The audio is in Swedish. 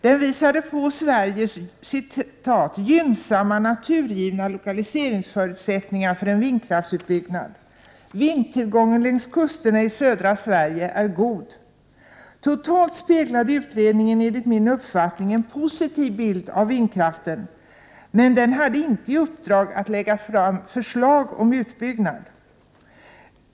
Den visade på Sveriges ”gynnsamma naturgivna lokaliseringsförutsättningar för en vindkraftsutbyggnad. Vindtillgången längs kusterna i södra Sverige är god”. Totalt speglade utredningen, enligt min uppfattning, en positiv bild av vindkraften, men den hade inte i uppdrag att lägga fram förslag om utbyggnad.